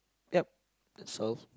yup that's all